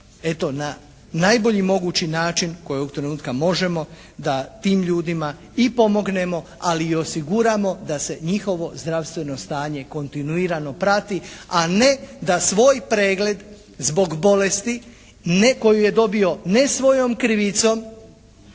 eto na najbolji mogući način kojeg ovog trenutka možemo da tim ljudima i pomognemo, ali i osiguramo da se njihovo zdravstveno stanje kontinuirano prati, a ne da svoj pregled zbog bolesti ne koju je dobio ne svojom krivicom